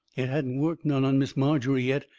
it hadn't worked none on miss margery yet,